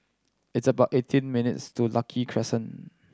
it's about eighteen minutes' to Lucky Crescent